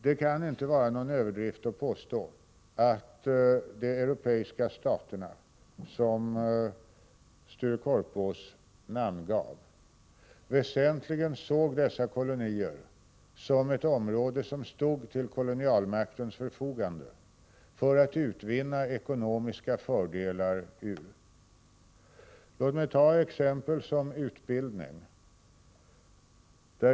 Det kan inte vara någon överdrift att påstå att de europeiska stater som Sture Korpås namngav väsentligen såg dessa kolonier som områden som stod till kolonialmaktens förfogande för att man därur skulle kunna utvinna ekonomiska fördelar. Låt mig som ett exempel ta frågan om utbildning.